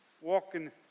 walking